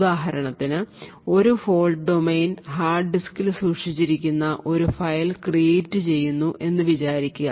ഉദാഹരണത്തിന് ഒരു fault domain hard ഡിസ്കിൽ സൂക്ഷിച്ചിരിക്കുന്ന ഒരു ഫയൽ ക്രീയേറ്റ് ചെയ്തു എന്ന് വിചാരിക്കുക